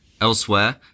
Elsewhere